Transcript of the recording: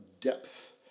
depth